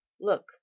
look